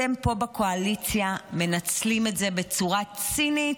אתם פה בקואליציה מנצלים את זה בצורה צינית,